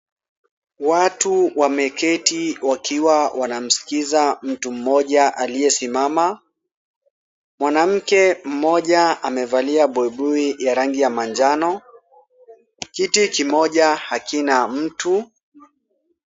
Watu wameketi wakiwa wanamskiza mtu mmoja aliye simama, mwanamke mmoja amevalia buibui ya rangi ya manjano, kiti kimoja hakina mtu.